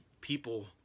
people